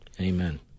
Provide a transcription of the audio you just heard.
Amen